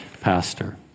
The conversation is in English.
pastor